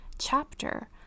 chapter